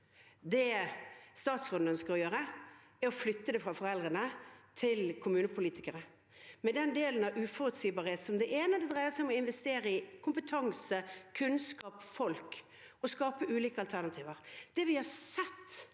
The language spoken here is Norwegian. Det statsråden ønsker å gjøre, er å flytte det fra foreldrene til kommunepolitikerne – med den delen av uforutsigbarhet det er når det dreier seg om å investere i kompetanse, kunnskap og folk, skape ulike alternativer.